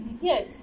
Yes